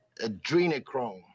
Adrenochrome